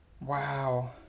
Wow